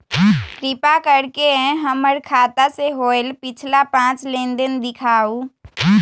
कृपा कर के हमर खाता से होयल पिछला पांच लेनदेन दिखाउ